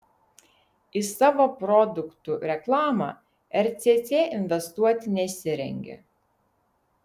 į savo produktų reklamą rcc investuoti nesirengia